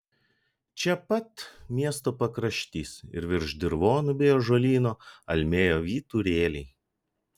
čia pat miesto pakraštys ir virš dirvonų bei ąžuolyno almėjo vyturėliai